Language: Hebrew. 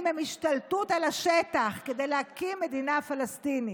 הם השתלטות על השטח כדי להקים מדינה פלסטינית.